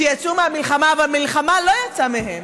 שיצאו מהמלחמה והמלחמה לא יצאה מהם.